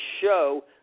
show